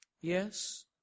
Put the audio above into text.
Yes